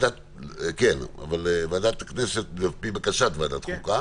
כן, אבל ועדת הכנסת על פי בקשת ועדת החוקה.